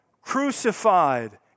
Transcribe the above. crucified